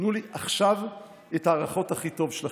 תנו לי עכשיו את ההערכות, הכי טוב שלכם.